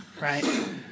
right